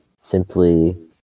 simply